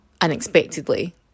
unexpectedly